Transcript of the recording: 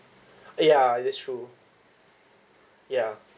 ya that's true ya